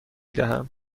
دهم